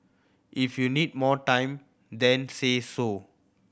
if you need more time then say so